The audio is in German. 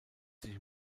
sich